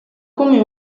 come